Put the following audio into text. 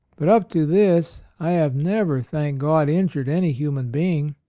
but up to this i have never, thank god, injured any human being.